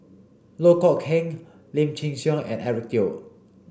Loh Kok Heng Lim Chin Siong and Eric Teo